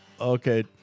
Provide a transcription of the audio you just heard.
okay